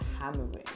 hammering